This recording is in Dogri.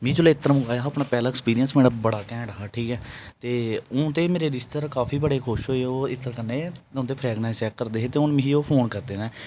मी जेल्लै इत्र मगवाया हा मेरा पैह्ला एक्सपीरियस बड़ा कैंट हा ठीक ऐ ते हून ते मेरे रिशतेदार काफी बड़े खुश होऐ ओह् इत्र कन्नै उं'दे फ्रैगनस चेक करदे है ते हून मिकी ओह् फोन करदे न